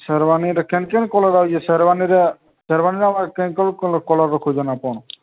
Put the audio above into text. ସେର୍ୱାନୀରେ କେନ୍ କେନ୍ କଲର୍ ସେର୍ୱାନୀ ରେ ସେର୍ୱାନୀ ଆଉ କେନ୍ କଲର୍ ରଖୁଛନ୍ ଆପଣ